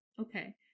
okay